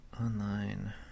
Online